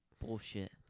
bullshit